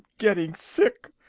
getting sick!